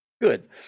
Good